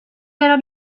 برم